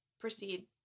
proceed